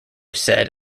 said